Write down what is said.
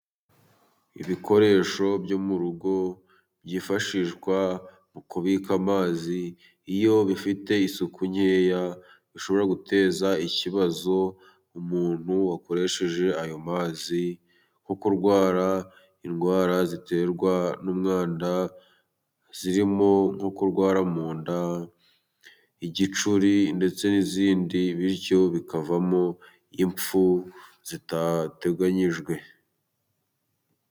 Ibikoresho byo mu rugo byifashishwa mu kubika amazi, iyo bifite isuku nkeya bishobora guteza ikibazo, umuntu wakoresheje ayo mazi nko kurwara indwara ziterwa n'umwanda zirimo: nko kurwara mu nda, igicuri ndetse n'izindi bityo bikavamo ipfu zitateganyijwe.